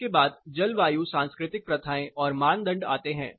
इसके बाद जलवायु सांस्कृतिक प्रथाएं और मानदंड आते हैं